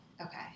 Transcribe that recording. Okay